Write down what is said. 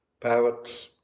parrots